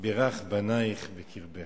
בירך בנייך בקרבך.